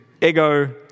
ego